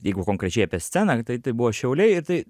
jeigu konkrečiai apie sceną tai tai buvo šiauliai ir tai